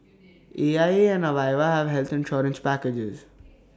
A I A and Aviva have health insurance packages